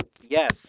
Yes